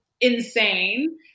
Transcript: insane